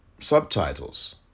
subtitles